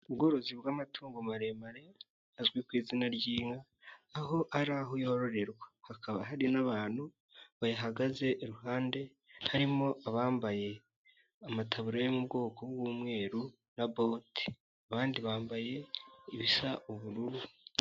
Ubworozi bw'amatungo maremare azwi ku izina ry'inka, aho ari aho yororerwa, hakaba hari n'abantu bayahagaze iruhande, harimo abambaye amataburiya yo mu bwoko bw'umweru na bote, abandi bambaye ibisa ubururu.